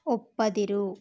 ಒಪ್ಪದಿರು